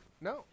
no